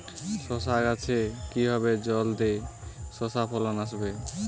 শশা গাছে কিভাবে জলদি শশা ফলন আসবে?